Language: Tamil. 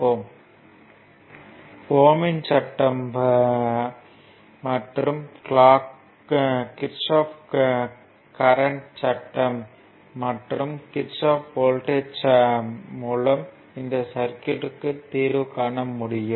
ஓம் யின் சட்டம் ohm's law மற்றும் கிர்ச்சாஃப் கரண்ட் சட்டம் kirchoff's current law மற்றும் கிர்ச்சாஃப் வோல்ட்டேஜ் சட்டம் kirchoff's voltage law மூலம் இந்த சர்க்யூட்க்கு தீர்வு காண முடியும்